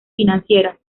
financieras